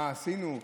מה עשינו,